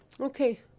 Okay